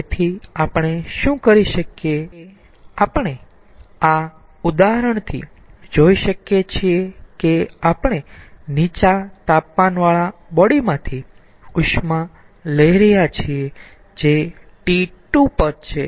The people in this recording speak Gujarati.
તેથી આપણે શું કરી શકીયે કે આપણે આ ઉદાહરણથી જોઈ શકીયે કે આપણે નીચા તાપમાનવાળા બોડી માંથી ઉષ્મા લઈ રહ્યા છીએ જે T2 પર છે